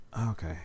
Okay